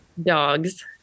dogs